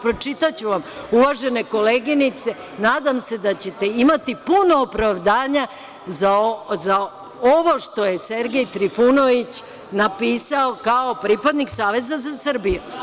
Pročitaću vam, uvažene koleginice, i nadam se da ćete imati puno opravdanja za ovo što je Sergej Trifunović napisao kao pripadnik Saveza za Srbiju.